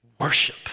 worship